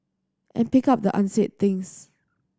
and pick up the unsaid things